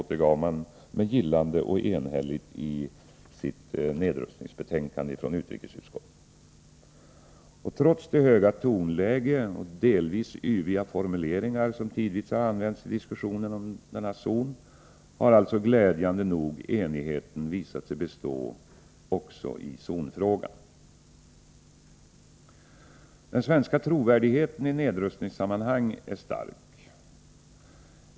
Trots det höga tonläge och trots de delvis yviga formuleringar som tidvis använts i diskussionen har alltså glädjande nog enigheten visat sig bestå även i zonfrågan. Den svenska trovärdigheten i nedrustningssammanhang är stark.